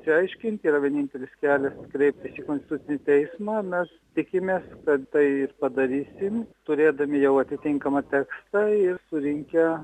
čia aiškint yra vienintelis kelia kreiptis į konstitucinį teismą mes tikimės kad tai padarysim turėdami jau atitinkamą tekstą ir surinkę